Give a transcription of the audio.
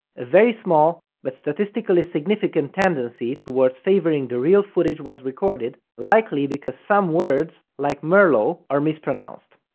very small, but statistically significant tendency towards favoring the real footage was recorded, likely because some words, like merlot are mispronounced.